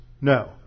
No